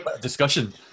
discussion